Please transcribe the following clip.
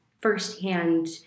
firsthand